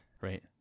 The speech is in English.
right